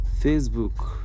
Facebook